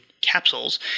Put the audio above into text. capsules